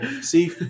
See